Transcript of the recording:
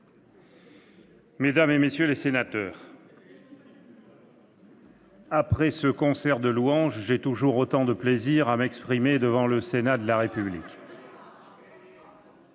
mesdames, messieurs les sénateurs, après ce concert de louanges, j'ai toujours autant de plaisir à m'exprimer devant le Sénat de la République